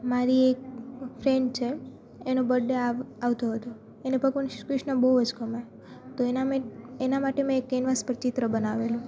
મારી એક ફ્રેન્ડ છે એનો બરડે આવતો હતો એને ભગવાન શ્રી કૃષ્ણ બહુ જ ગમે તો એના માટે મેં એ કેનવાસ પર ચિત્ર બનાવેલું